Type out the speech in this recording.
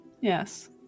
Yes